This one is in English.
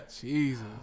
Jesus